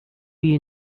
you